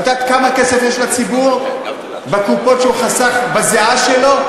ואת יודעת כמה כסף יש לציבור בקופות שהוא חסך בזיעה שלו,